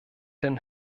denn